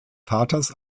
vaters